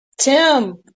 Tim